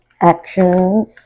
actions